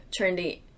trendy